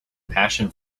passion